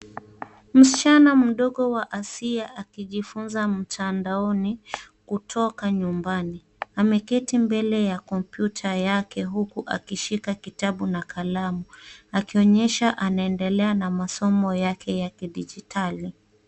Msichana mdogo wa asiya akijifunza mtandaoni kutoka nyumbani. Ameketi mbele ya kompyuta yake huku akishika kitabu na kalamu akionyesha anaendelea na masomo yake ya kidijitali.